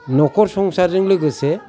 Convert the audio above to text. न'खर संसारजों लोगोसे